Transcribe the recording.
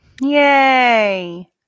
yay